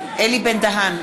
אלי בן-דהן,